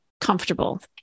Comfortable